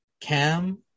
Cam